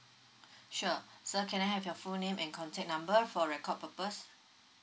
sure so can I have your full name and contact number for record purposes